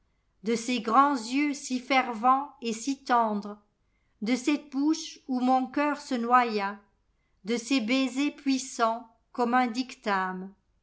de ces grands yeux si fervents et si tendres de cette bouche où mon cœur se noya de ces baisers puissants comme un dictame